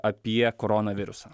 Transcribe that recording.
apie koronavirusą